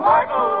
Michael